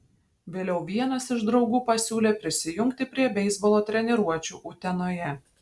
vėliau vienas iš draugų pasiūlė prisijungti prie beisbolo treniruočių utenoje